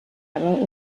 arrow